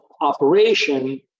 operation